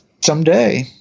Someday